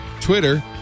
Twitter